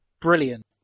brilliant